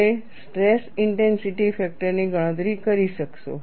તમે stress intensity ફેક્ટરની ગણતરી કરી શકશો